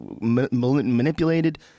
manipulated